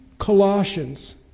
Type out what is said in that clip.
Colossians